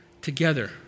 together